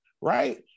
right